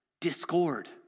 Discord